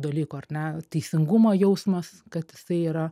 dalykų ar ne teisingumo jausmas kad jisai yra